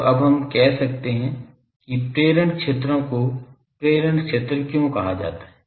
तो अब हम कह सकते हैं कि प्रेरण क्षेत्रों को प्रेरण क्षेत्र क्यों कहा जाता है